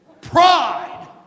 Pride